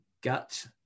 gut